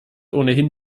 ohnehin